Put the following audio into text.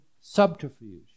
subterfuge